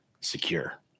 secure